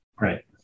Right